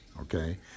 okay